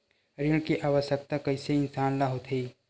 ऋण के आवश्कता कइसे इंसान ला होथे?